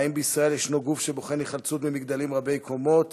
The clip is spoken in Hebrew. האם יש בישראל גוף שבוחן היחלצות ממגדלים רבי-קומות